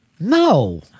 No